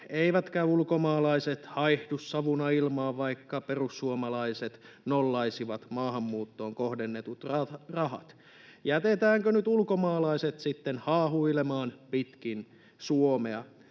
eivätkä ulkomaalaiset haihdu savuna ilmaan, vaikka perussuomalaiset nollaisivat maahanmuuttoon kohdennetut rahat. Jätetäänkö nyt ulkomaalaiset sitten haahuilemaan pitkin Suomea?